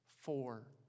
four